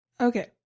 Okay